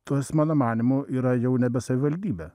tai jos mano manymu yra jau nebe savivaldybė